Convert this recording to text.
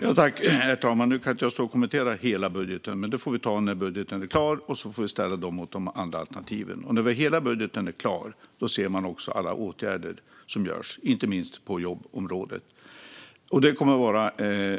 Herr talman! Nu kan jag inte stå och kommentera hela budgeten. Det får vi ta när budgeten är klar. Då får vi ställa detta mot de andra alternativen. När hela budgeten är klar ser man också alla åtgärder som genomförs, inte minst på jobbområdet. Det kommer att vara